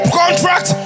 contract